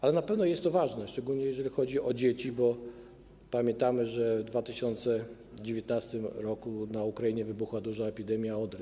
Ale na pewno jest to ważne, szczególnie jeżeli chodzi o dzieci, bo pamiętamy, że w 2019 r. na Ukrainie wybuchła duża epidemia odry.